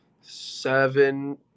seven